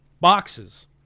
Boxes